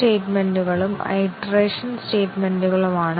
statement കവറേജിനേക്കാൾ ദുർബലമാണ്